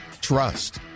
Trust